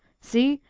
see,